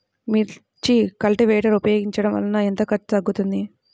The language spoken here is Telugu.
మిర్చి కల్టీవేటర్ ఉపయోగించటం వలన ఎంత ఖర్చు తగ్గుతుంది?